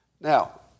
Now